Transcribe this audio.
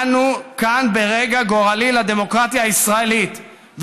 אנו כאן ברגע גורלי לדמוקרטיה הישראלית,